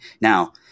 Now